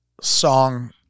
song